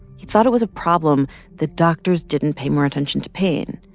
he thought it was a problem that doctors didn't pay more attention to pain.